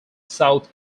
south